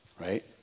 right